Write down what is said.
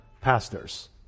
pastors